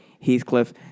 Heathcliff